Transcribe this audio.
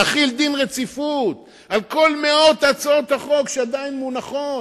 ויבקשו להחיל דין רציפות על מאות הצעות החוק שעדיין מונחות,